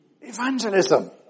evangelism